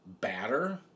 batter